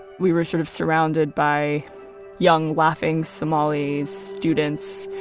we were sort of surrounded by young, laughing somali students.